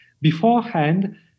beforehand